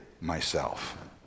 myself